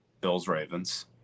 Bills-Ravens